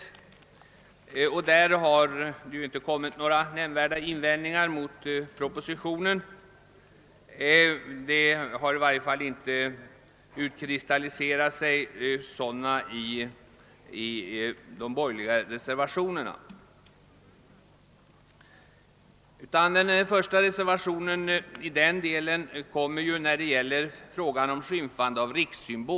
På den punkten har det inte gjorts några nämnvärda invändningar mot propositionen, och i varje fall har det inte i de borgerliga reservationerna utkristalliserat sig några motsättningar. Den första reservationen i den delen gäller skymfande av rikssymbol.